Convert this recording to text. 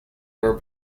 were